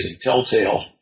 telltale